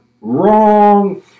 wrong